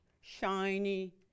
shiny